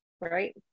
right